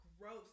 gross